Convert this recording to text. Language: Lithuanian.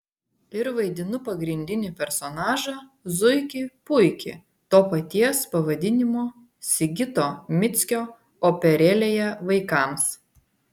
ir vaidinu pagrindinį personažą zuikį puikį to paties pavadinimo sigito mickio operėlėje vaikams